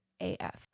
AF